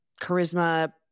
charisma